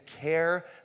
care